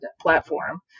platform